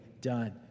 done